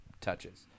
touches